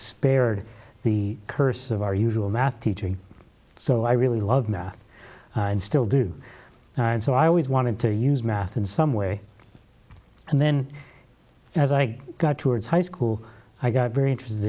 spared the curse of our usual math teacher so i really loved math and still do and so i always wanted to use math in some way and then as i got towards high school i got very interested